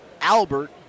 Albert